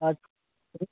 आओर